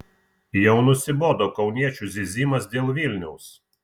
jau nusibodo kauniečių zyzimas dėl vilniaus